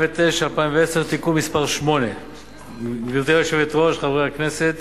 אריאל, חבר הכנסת